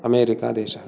अमेरिकादेशः